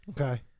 Okay